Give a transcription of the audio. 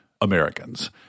Americans